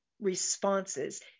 responses